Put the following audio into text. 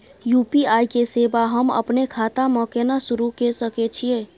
UPI के सेवा हम अपने खाता म केना सुरू के सके छियै?